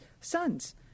sons